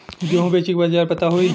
गेहूँ बेचे के बाजार पता होई?